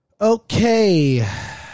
Okay